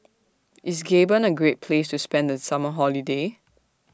IS Gabon A Great Place to spend The Summer Holiday